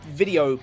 video